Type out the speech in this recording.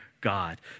God